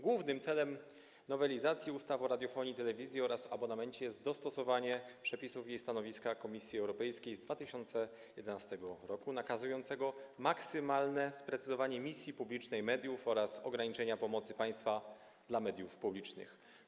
Głównym celem nowelizacji ustawy o radiofonii i telewizji oraz abonamencie jest dostosowanie przepisów do stanowiska Komisji Europejskiej z 2011 r. nakazującego maksymalne sprecyzowanie misji publicznej mediów oraz ograniczenie pomocy państwa dla mediów publicznych.